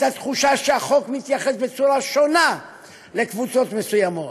את התחושה שהחוק מתייחס בצורה שונה לקבוצות מסוימות.